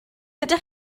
ydych